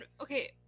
okay